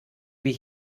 wie